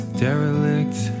derelict